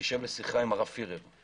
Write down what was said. ותשב לשיחה עם הרב פירר,